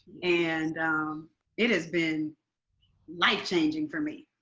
and it has been like changing for me.